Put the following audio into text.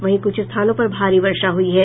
वहीं कुछ स्थानों पर भारी बर्षा हुई है